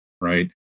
right